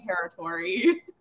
territory